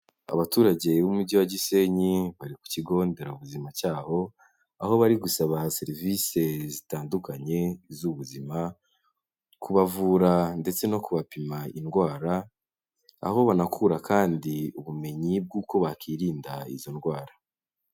Abaturage b'umujyi wa Gisenyi bari ku kigo nderabuzima cyaho, aho bari gusaba serivisi zitandukanye z'ubuzima, kubavura ndetse no kubapima indwara, aho banakura kandi ubumenyi bw'uko bakirinda izo ndwara.